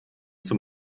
zum